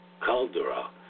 caldera